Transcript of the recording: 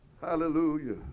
Hallelujah